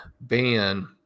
ban